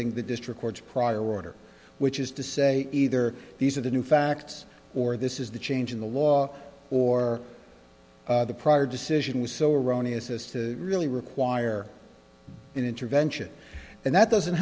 ing the district court's prior order which is to say either these are the new facts or this is the change in the law or the prior decision was so erroneous as to really require an intervention and that doesn't